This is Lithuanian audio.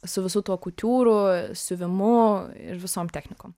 su visu tuo kutiūru siuvimu ir visom technikom